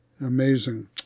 Amazing